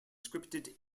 scripted